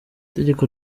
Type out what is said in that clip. itegeko